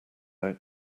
out